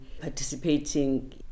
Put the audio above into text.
participating